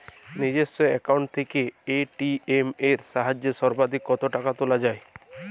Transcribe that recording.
নিজস্ব অ্যাকাউন্ট থেকে এ.টি.এম এর সাহায্যে সর্বাধিক কতো টাকা তোলা যায়?